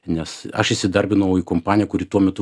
nes aš įsidarbinau į kompaniją kuri tuo metu